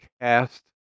cast